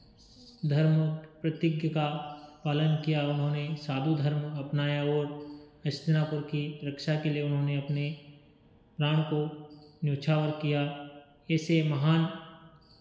धर्म प्रतिज्ञ का पालन किया उन्होंने साधु धर्म अपनाया वो हस्तिनापुर की रक्षा के लिए उन्होंने अपने प्राण को न्योछावर किया ऐसे महान